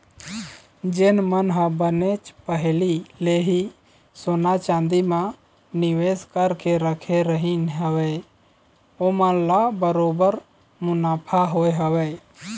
जेन मन ह बनेच पहिली ले ही सोना चांदी म निवेस करके रखे रहिन हवय ओमन ल बरोबर मुनाफा होय हवय